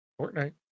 Fortnite